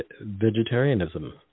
vegetarianism